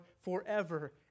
forever